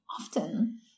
often